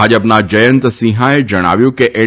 ભા પના યંત સિંહાએ ણાવ્યું હતું કે એન